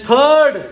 Third